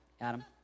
Adam